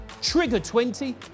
TRIGGER20